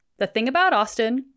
thethingaboutaustin